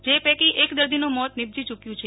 જે પૈકી એક દર્દીનું મોત નીપજી ચૂક્યું છે